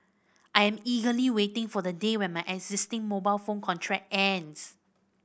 I am eagerly waiting for the day when my existing mobile phone contract ends